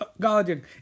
guardian